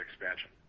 expansion